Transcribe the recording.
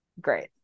Great